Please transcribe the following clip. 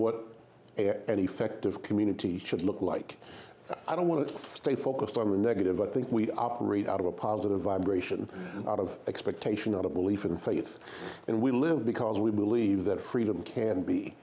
what an effective community should look like i don't want to face focused on the negative i think we operate out of a positive vibration out of expectation out of belief and faith and we live because we believe that freedom can be